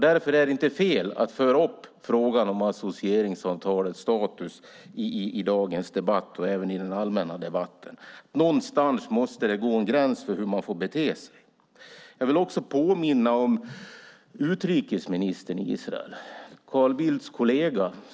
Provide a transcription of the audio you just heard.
Därför är det inte fel att föra upp frågan om associeringsavtalets status i dagens debatt och även i den allmänna debatten. Någonstans måste det gå en gräns för hur man får bete sig. Jag vill också påminna om utrikesministern i Israel, Carl Bildts kollega.